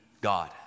God